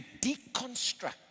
deconstruct